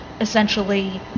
essentially